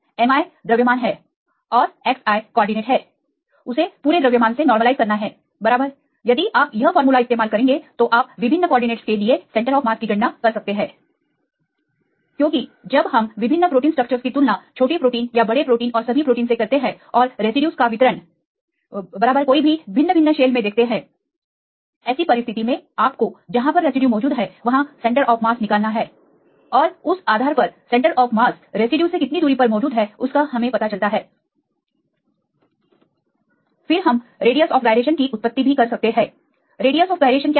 Mi द्रव्यमान है और xi कॉर्डिनेट है उसे पूरे द्रव्यमान से नॉर्मलाइज करना है बराबर यदि आप यह फार्मूला इस्तेमाल करेंगे तो आप विभिन्न कॉर्डिनेटस के लिए सेंटर ऑफ मास की गणना कर सकते हैं विद्यार्थी क्योंकि जब हम विभिन्न प्रोटीन स्ट्रक्चरस की तुलना छोटे प्रोटीन या बड़े प्रोटीन और सभी प्रोटीन से करते और रेसिड्यूज का वितरण बराबर कोई भी भिन्न भिन्न शेल मे देखते हैं respect to the center of massऐसी परिस्थिति में आपको जहां पर रेसिड्यू मौजूद है वहां सेंटर ऑफ मास निकालना है और उस आधार पर सेंटर ऑफ मास से रेसिड्यू कितनी दूरी पर मौजूद है उसका हमें पता चलता है फिर हम रेडियस आफ गायरेशन की उत्पत्ति भी कर सकते हैं रेडियस आफ गायरेशन क्या है